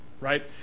right